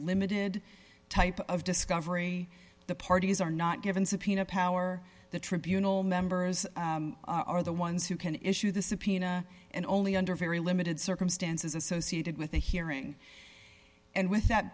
limited type of discovery the parties are not given subpoena power the tribunal members are the ones who can issue the subpoena and only under very limited circumstances associated with the hearing and with that